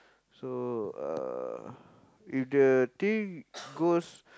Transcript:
so uh if the thing goes